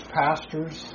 pastors